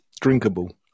Drinkable